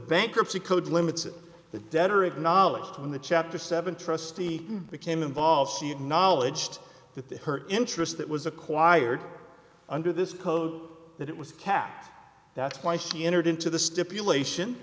bankruptcy code limits the debtor acknowledged in the chapter seven trustee became involved she acknowledged that the her interest that was acquired under this code that it was cac that's why she entered into the stipulation